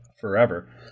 Forever